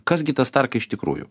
kas gi ta starka iš tikrųjų